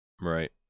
Right